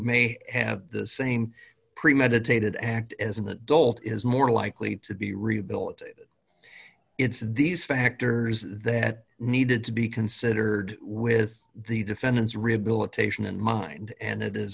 may have the same premeditated act as an adult is more likely to be rebuilt it's these factors that needed to be considered with the defendant's rehabilitation in mind and it is